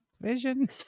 vision